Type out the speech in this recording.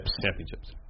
Championships